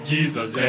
Jesus